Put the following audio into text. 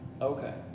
okay